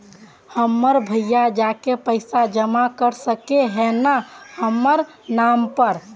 हमर भैया जाके पैसा जमा कर सके है न हमर नाम पर?